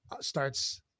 starts